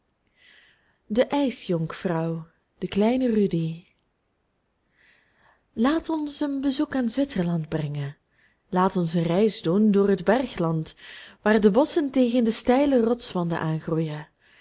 de ijsjonkvrouw i de kleine rudy laat ons een bezoek aan zwitserland brengen laat ons een reis doen door het bergland waar de bosschen tegen de steile rotswanden aangroeien